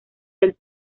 del